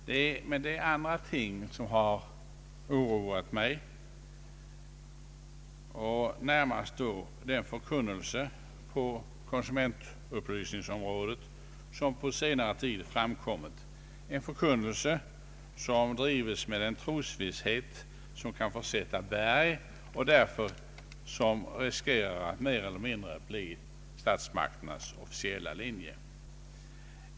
Det är andra ting som har oroat mig: närmast den förkunnelse på konsumentupplysningsområdet som på senare tid framkommit, en förkunnelse som drivits med en trosvisshet som kan försätta berg och som kan befaras mer eller mindre bli statsmakternas officiella linje.